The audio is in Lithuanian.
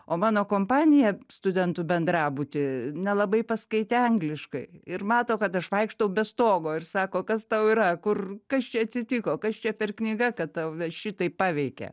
o mano kompanija studentų bendrabuty nelabai paskaitė angliškai ir mato kad aš vaikštau be stogo ir sako kas tau yra kur kas čia atsitiko kas čia per knyga kad tave šitaip paveikė